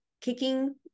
kicking